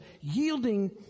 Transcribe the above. yielding